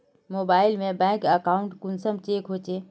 Mobile से bank account कुंसम check होचे?